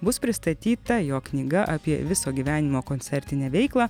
bus pristatyta jo knyga apie viso gyvenimo koncertinę veiklą